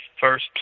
first